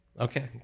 Okay